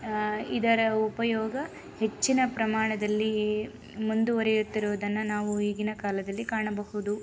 ಇದರ ಉಪಯೋಗ ಹೆಚ್ಚಿನ ಪ್ರಮಾಣದಲ್ಲಿ ಮುಂದುವರಿಯುತ್ತಿರೋದನ್ನು ನಾವು ಈಗಿನ ಕಾಲದಲ್ಲಿ ಕಾಣಬಹುದು